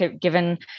given